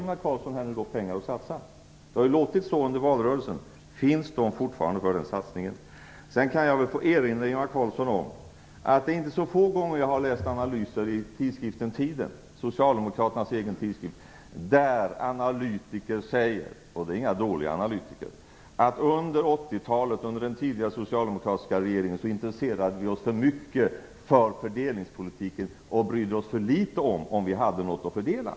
Ingvar Carlsson får ju då pengar att satsa. Så har det ju låtit under valrörelsen. Är pengarna forfarande avsedda för en sådan satsning? Låt mig erinra Ingvar Carlsson om att det inte är så få gånger som jag läst analyser i tidskriften Tiden, socialdemokraternas egen tidskrift. I den tidskriften säger analytiker - det är inga dåliga analytiker - att under 80-talet, under den tidigare socialdemokratiska regeringen, intresserade man sig för mycket för fördelningspolitiken och för litet för om vi hade något att fördela.